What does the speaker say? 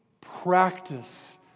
practice